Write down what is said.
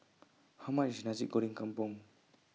How much IS Nasi Goreng Kampung